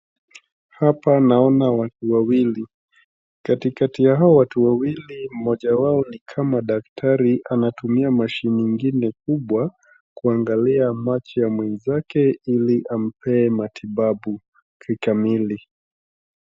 Hapa naona watu wawili. Katikati ya hao watu wawili mmoja wao ni kama daktari anatumia mashine ingine kubwa kuangalia macho ya mwenzake ili ampee matibabu kikamili.